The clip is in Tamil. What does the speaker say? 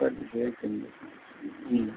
ஸ்கொயர் ஃபீட் ரேட் என்ன ம்